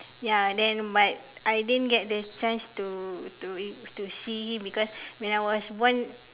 ya then but I didn't get the chance to to ev~ to see him because when I was born